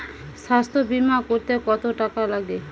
স্বাস্থ্যবীমা করতে কত টাকা লাগে?